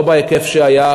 לא בהיקף שהיה,